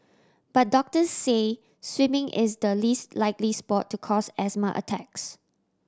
but doctor say swimming is the least likely sport to cause asthma attacks